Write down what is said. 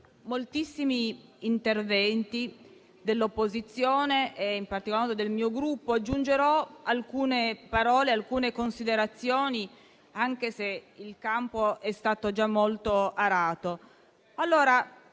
moltissimi interventi dell'opposizione e in particolar modo del mio Gruppo; aggiungerò alcune parole, alcune considerazioni, anche se il campo è stato già molto arato.